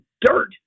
dirt